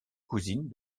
cousine